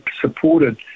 supported